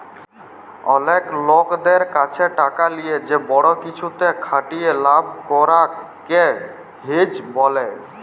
অলেক লকদের ক্যাছে টাকা লিয়ে যে বড় কিছুতে খাটিয়ে লাভ করাক কে হেজ ব্যলে